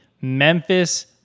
Memphis